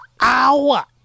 Hour